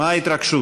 מה ההתרגשות?